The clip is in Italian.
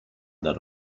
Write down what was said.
del